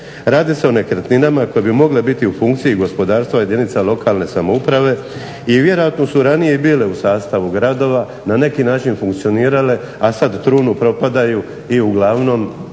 Radi se o nekretninama koje bi mogle biti u funkciji gospodarstva jedinica lokalne samouprave i vjerojatno su ranije i bile u sastavu gradova, na neki način funkcionirale, a sad trunu, propadaju i uglavnom